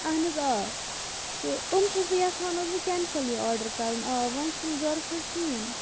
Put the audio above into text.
اَہَن حظ آ تہٕ یِم چھَس بہٕ یَژھان حظ وۅنۍ کٮ۪نسَل یہِ آرڈَر کَرُن آ وۄنۍ چھُنہٕ ضروٗرت حظ کِہیٖنۍ